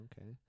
okay